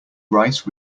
rice